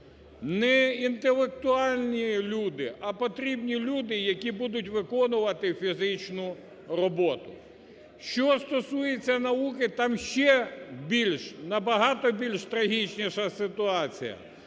не інтелектуальні люди, а потрібні люди, які будуть виконувати фізичну роботу. Що стосується науки, там ще більш, набагато більш трагічніша ситуація: